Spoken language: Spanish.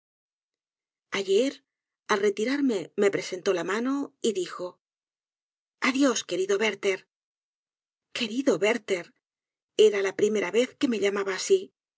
ayeral retirarme me presentóla mano y dijo adiós querido werther querido werther era la primera vez q u e m e llamaba asi